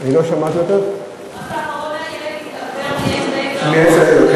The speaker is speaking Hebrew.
רק לאחרונה ילד התעוור מעט לייזר, לדוגמה.